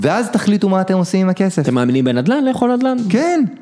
ואז תחליטו מה אתם עושים עם הכסף. אתם מאמינים בנדל״ן? לכו על נדל״ן. כן!